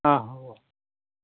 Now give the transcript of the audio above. অঁ হ'ব